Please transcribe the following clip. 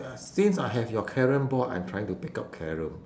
uh since I have your carrom board I'm trying to pick up carrom